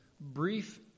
brief